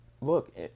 look